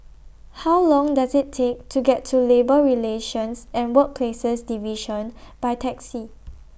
How Long Does IT Take to get to Labour Relations and Workplaces Division By Taxi